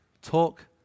Talk